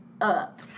up